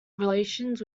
relations